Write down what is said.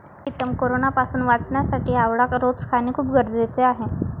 प्रीतम कोरोनापासून वाचण्यासाठी आवळा रोज खाणे खूप गरजेचे आहे